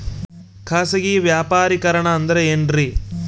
ಖಾಸಗಿ ವ್ಯಾಪಾರಿಕರಣ ಅಂದರೆ ಏನ್ರಿ?